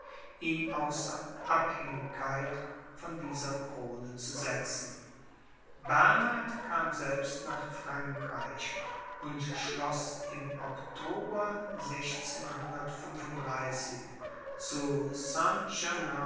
ihn außer abhängigkeit von dieser krone zu setzen bernhard kam selbst nach frankreich und schloß im oktober zu